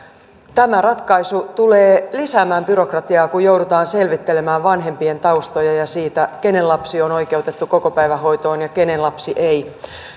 tämä ratkaisu tulee lisäämään byrokratiaa kun joudutaan selvittelemään vanhempien taustoja ja sitä kenen lapsi on oikeutettu kokopäivähoitoon ja kenen lapsi ei